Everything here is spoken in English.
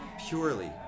purely